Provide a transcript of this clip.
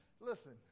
Listen